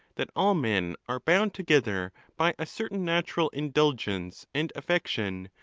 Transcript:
that all men are bound together by a certain natural indulgence and affection,